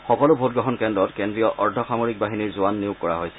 সকলোবোৰ ভোটগ্ৰহণ কেন্দ্ৰত কেন্দ্ৰীয় অৰ্ধ সামৰিক বাহিনীৰ জোৱান নিয়োগ কৰা হৈছে